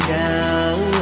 down